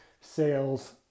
sales